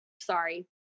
Sorry